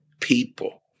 people